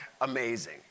amazing